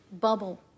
bubble